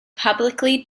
publicly